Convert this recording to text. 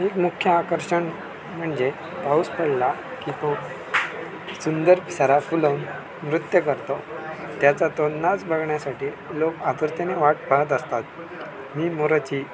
एक मुख्य आकर्षण म्हणजे पाऊस पडला की तो सुंदर पिसारा फुलवून नृत्य करतो त्याचा तो नाच बघण्यासाठी लोक आतुरतेने वाट पाहत असतात मी मोराची